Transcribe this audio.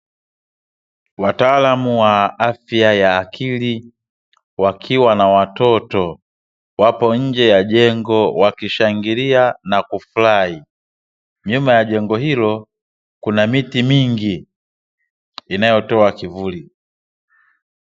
Wataalamu wa afya ya akili wakiwa na watoto wapo nje ya jengo wakishangilia na kufurahi, nyuma ya jengo hilo kuna miti mingi inayotoa kivuli.